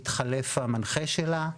התחלף המנחה שלה.